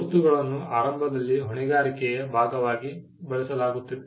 ಗುರುತುಗಳನ್ನು ಆರಂಭದಲ್ಲಿ ಹೊಣೆಗಾರಿಕೆಯ ಭಾಗವಾಗಿ ಬಳಸಲಾಗುತ್ತಿತ್ತು